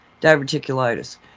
diverticulitis